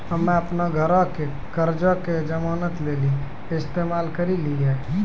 हम्मे अपनो घरो के कर्जा के जमानत लेली इस्तेमाल करि लेलियै